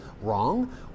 wrong